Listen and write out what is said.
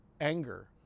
anger